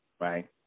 Right